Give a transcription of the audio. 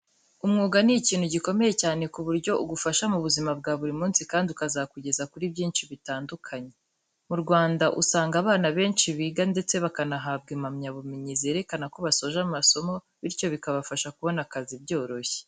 Umwuga ni ikintu gikomeye cyane ku buryo ugufasha mu buzima bwa buri munsi kandi ukazakugeza kuri byinshi bitandukanye. Mu Rwanda usanga abana benshi biga ndetse bakanahabwa impamyabumenyi zerekana ko basoje amasomo bityo bikabafasha kubona akazi byoroshye.